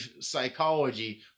psychology